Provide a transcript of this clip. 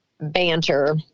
banter